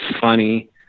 funny